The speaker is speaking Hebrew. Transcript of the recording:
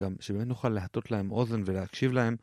גם שבאמת נוכל להטות להם אוזן ולהקשיב להם